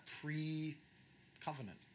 pre-covenant